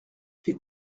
fais